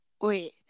wait